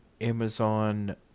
Amazon